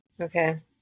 Okay